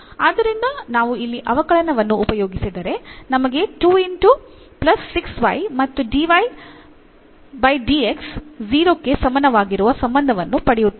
ಆದ್ದರಿಂದ ನಾವು ಇಲ್ಲಿ ಅವಕಲನವನ್ನು ಉಪಯೋಗಿಸಿದರೆ ನಮಗೆ 2 x ಪ್ಲಸ್ 6 y ಮತ್ತು 0 ಕ್ಕೆ ಸಮಾನವಾಗಿರುವ ಸಂಬಂಧವನ್ನು ಪಡೆಯುತ್ತೇವೆ